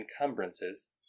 encumbrances